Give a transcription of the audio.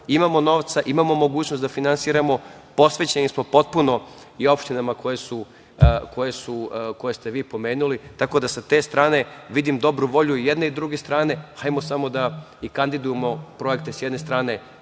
imamo novca, imamo mogućnost da finansiramo. Posvećeni smo potpuno i opštinama koje ste vi pomenuli. Tako da, sa te strane vidim dobru volju i jedne i druge strane. Hajmo samo da kandidujemo projekte, sa jedne stran,